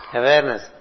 awareness